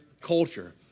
culture